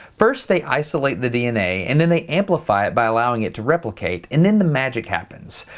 first they isolate the dna and then they amplify it by allowing it to replicate and then the magic happens.